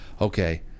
Okay